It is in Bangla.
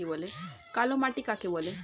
কালো মাটি কাকে বলে?